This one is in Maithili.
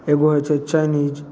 एगो होइ छै चाइनीज